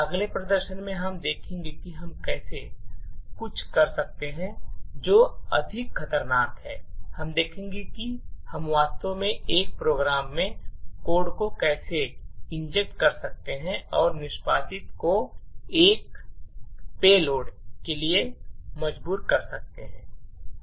अगले प्रदर्शन में हम देखेंगे कि हम कैसे कुछ कर सकते हैं जो अधिक खतरनाक है हम देखेंगे कि हम वास्तव में एक प्रोग्राम में कोड को कैसे इंजेक्ट कर सकते हैं और निष्पादित को एक पेलोड के लिए मजबूर कर सकते हैं